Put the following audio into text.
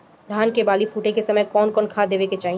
धान के बाली फुटे के समय कउन कउन खाद देवे के चाही?